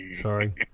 Sorry